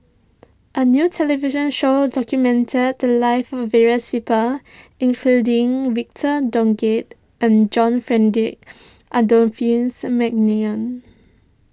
a new television show documented the lives of various people including Victor Doggett and John Frederick Adolphus McNair